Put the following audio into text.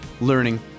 learning